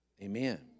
Amen